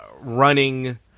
running